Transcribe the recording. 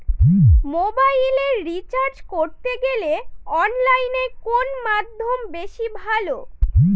মোবাইলের রিচার্জ করতে গেলে অনলাইনে কোন মাধ্যম বেশি ভালো?